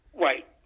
Right